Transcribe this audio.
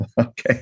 Okay